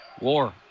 War